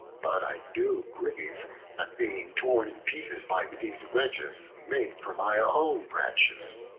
but i do grieve at being torn in pieces by these wedges made from my own branches.